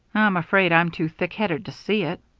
i'm afraid i'm too thick-headed to see it.